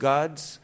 God's